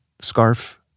scarf